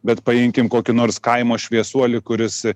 bet paimkim kokį nors kaimo šviesuolį kuris